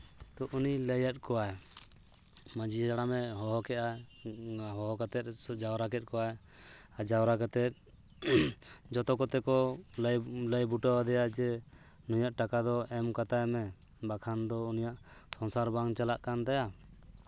ᱛᱚ ᱩᱱᱤ ᱞᱟᱹᱭᱟᱫ ᱠᱚᱣᱟᱭ ᱢᱟᱹᱡᱷᱤ ᱦᱟᱲᱟᱢᱮ ᱦᱚᱦᱚ ᱠᱮᱫᱼᱟ ᱦᱚᱦᱚ ᱠᱟᱛᱮᱫᱼᱮ ᱡᱟᱣᱨᱟ ᱠᱮᱫ ᱠᱚᱣᱟᱭ ᱟᱨ ᱡᱟᱣᱨᱟ ᱠᱟᱛᱮᱫ ᱡᱷᱚᱛᱚ ᱠᱚᱛᱮ ᱠᱚ ᱞᱟᱹᱭ ᱞᱟᱹᱭ ᱵᱩᱴᱟᱹᱣᱟᱫᱮᱭᱟ ᱡᱮ ᱱᱩᱭᱟᱜ ᱴᱟᱠᱟ ᱫᱚ ᱮᱢ ᱠᱟᱛᱟᱭ ᱢᱮ ᱵᱟᱠᱷᱟᱱ ᱫᱚ ᱩᱱᱤᱭᱟᱜ ᱥᱚᱝᱥᱟᱨ ᱵᱟᱝ ᱪᱟᱞᱟᱜ ᱠᱟᱱ ᱛᱟᱭᱟ